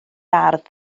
ardd